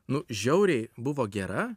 nu žiauriai buvo gera